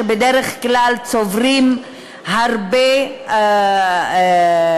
שבדרך כלל צוברים הרבה ריביות,